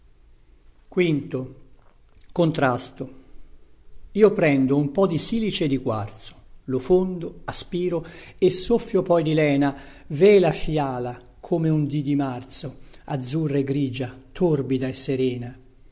acqua io prendo un po di silice e di quarzo lo fondo aspiro e soffio poi di lena ve la fiala come un dì di marzo azzurra e grigia torbida e serena